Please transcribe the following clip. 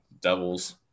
Devils